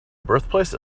birthplace